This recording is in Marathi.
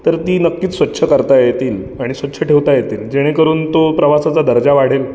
तर ती नक्कीच स्वच्छ करता येतील आणि स्वच्छ ठेवता येतील जेणेकरून तो प्रवासाचा दर्जा वाढेल